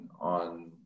on